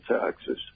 taxes